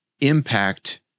impact